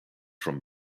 from